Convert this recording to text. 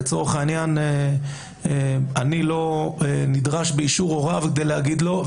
לצורך העניין אני לא נדרש לאישור הוריו כדי להגיד לו.